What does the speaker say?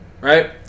right